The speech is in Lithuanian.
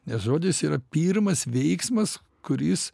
nes žodis yra pirmas veiksmas kuris